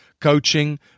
coaching